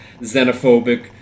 xenophobic